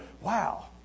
Wow